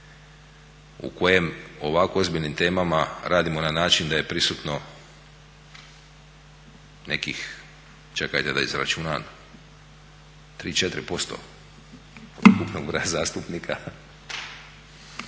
u kojem o ovako ozbiljnim temama radimo na način da je prisutno nekih, čekajte da izračunam, 3, 4% od ukupnog broja zastupnika